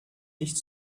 nicht